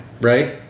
Right